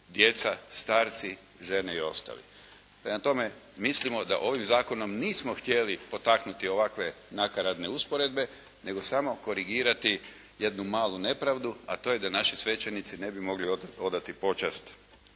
djeca, starci, žene i ostali. Prema tome mislimo da ovim zakonom nismo htjeli potaknuti ovakve nakaradne usporedbe nego samo korigirati jednu malu nepravdu, a to je da naši svećenici ne bi mogli odati počast